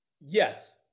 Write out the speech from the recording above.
Yes